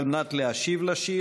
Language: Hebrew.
על מנת להשיב על השאילתה.